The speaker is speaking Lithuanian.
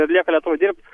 ir lieka lietuvoj dirbt